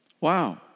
Wow